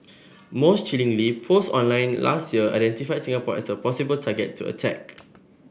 most chillingly posts online last year identified Singapore as a possible target to attack